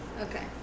okay